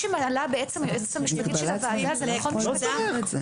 היועצת המשפטית מעלה משהו שהוא נכון משפטית.